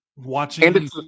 Watching